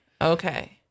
Okay